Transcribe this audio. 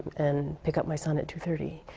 and pick up my son at two thirty,